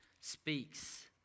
speaks